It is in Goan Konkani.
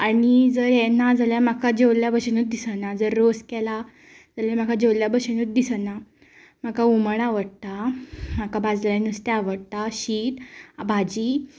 आनी जर हें ना जाल्यार म्हाका जेवल्या भशेनूच दिसना जर रोस केला जाल्यार म्हाका जेवल्ल्या बशेनूच दिसना म्हाका हुमण आवडटा म्हाका भाजलें नुस्तें आवडटा शीत भाजी